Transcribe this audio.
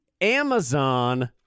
Amazon